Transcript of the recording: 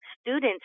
students